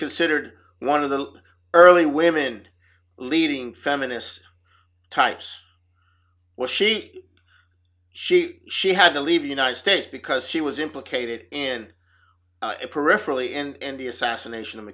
considered one of the early women leading feminist types was she she she had to leave the united states because she was implicated in it peripherally and the assassination of